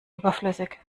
überflüssig